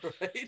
right